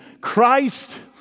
Christ